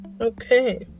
Okay